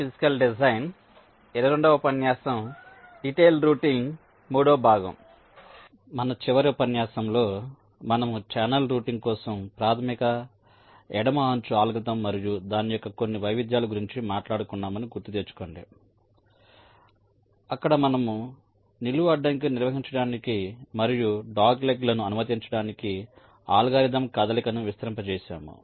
కాబట్టి మన చివరి ఉపన్యాసంలో మనము ఛానెల్ రౌటింగ్ కోసం ప్రాథమిక ఎడమ అంచు అల్గోరిథం మరియు దాని యొక్క కొన్ని వైవిధ్యాల గురించి మాట్లాడుకున్నామని గుర్తుకు తెచ్చుకోండి అక్కడ మనము నిలువు అడ్డంకిని నిర్వహించడానికి మరియు డాగ్లెగ్లను అనుమతించడానికి అల్గోరిథం కదలికను విస్తరింపజేశాము